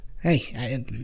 Hey